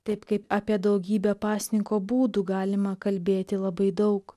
taip kaip apie daugybę pasninko būdų galima kalbėti labai daug